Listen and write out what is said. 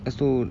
lepas tu